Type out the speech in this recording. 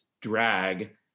drag